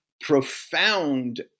profound